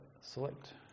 select